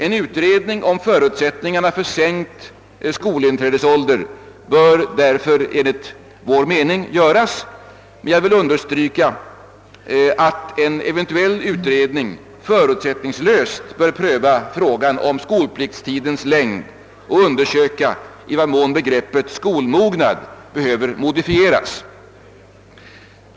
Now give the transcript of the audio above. En utredning om förutsättningarna för sänkt skolinträdesålder bör därför enligt vår me ning göras, men jag vill understryka att en eventuell utredning förutsättningslöst bör pröva frågan om skolpliktstidens längd och undersöka i vad mån begreppet skolmognad behöver modifieras.